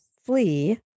flee